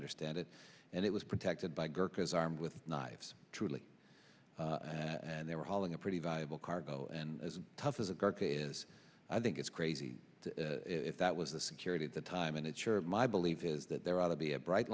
understand it and it was protected by gurkhas armed with knives truly and they were hauling a pretty valuable cargo and as tough as a carcass is i think it's crazy if that was the security at the time and it sure my belief is that there ought to be a bright